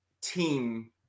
team